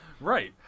right